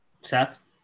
Seth